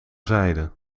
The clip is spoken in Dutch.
zijde